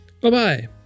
Bye-bye